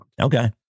Okay